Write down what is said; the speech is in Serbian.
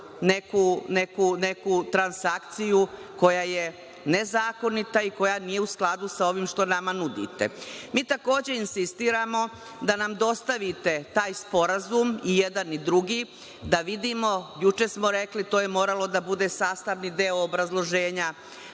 neku transakciju koja je nezakonita i koja nije u skladu sa ovim što nama nudite. Takođe, insistiramo da nam dostavite taj sporazum, i jedan i drugi, da vidimo, juče smo rekli to je moralo da bude sastavni deo obrazloženja